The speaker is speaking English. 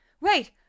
Wait